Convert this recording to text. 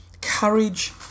courage